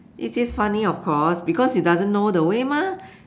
it is funny of course because he doesn't know the way mah